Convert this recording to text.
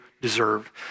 deserve